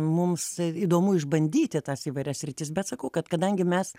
mums įdomu išbandyti tas įvairias sritis bet sakau kad kadangi mes